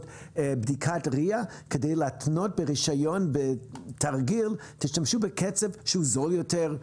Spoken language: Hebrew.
בדיקת RIA כדי להתנות ברישיון בתרגיל שישתמשו בקצף שהוא זול יותר,